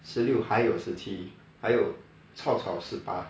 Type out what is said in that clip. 十六还有十七还有 cao cao 十八